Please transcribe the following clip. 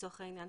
לצורך העניין,